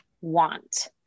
want